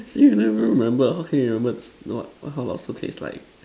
see you never even remember how can you remembers or not how lobster tastes like